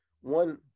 one